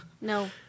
No